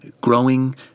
growing